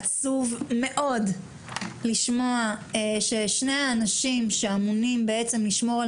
עצוב מאוד לשמוע ששני האנשים שאמונים לשמור על